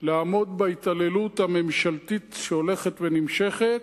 לעמוד בהתעללות הממשלתית שהולכת ונמשכת.